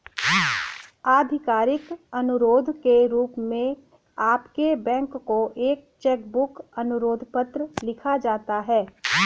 आधिकारिक अनुरोध के रूप में आपके बैंक को एक चेक बुक अनुरोध पत्र लिखा जाता है